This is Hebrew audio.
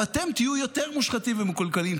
ואתם תהיו יותר מושחתים ומקולקלים,